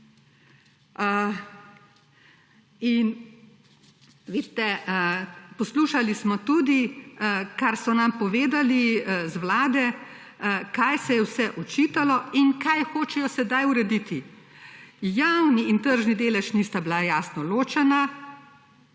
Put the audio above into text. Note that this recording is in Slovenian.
poslušali smo tudi kar so nam povedali iz vlade kaj se je vse očitalo in kaj hočejo sedaj urediti. Javni in tržni delež nista bila jasno ločena,